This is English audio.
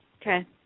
Okay